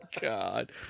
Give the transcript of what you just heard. god